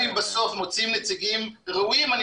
פותחים אותה ומראים הנה הלב, הנה